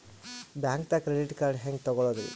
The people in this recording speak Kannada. ಬ್ಯಾಂಕ್ದಾಗ ಕ್ರೆಡಿಟ್ ಕಾರ್ಡ್ ಹೆಂಗ್ ತಗೊಳದ್ರಿ?